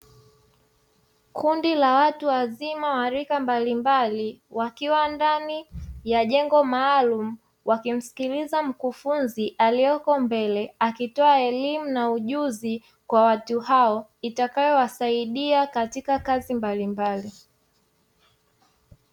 Kundi la watu wazima wa rika mbalimbali wakiwa ndani ya jengo maalumu wakimsikiliza mkufunzi aliyeko mbele, akitoa elimu na ujuzi kwa watu hao, itakayowasaidia katika kazi mbalimbali.